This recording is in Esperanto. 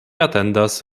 atendas